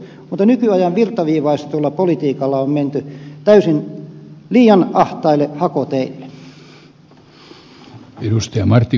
mutta nykyajan virtaviivaistetulla politiikalla on menty liian ahtaille hakoteille